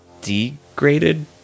degraded